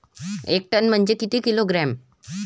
एक टन म्हनजे किती किलोग्रॅम?